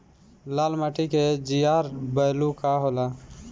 लाल माटी के जीआर बैलू का होला?